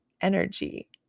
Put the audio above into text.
energy